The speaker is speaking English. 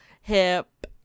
hip